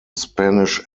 spanish